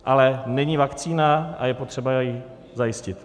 Ale není vakcína a je potřeba ji zajistit.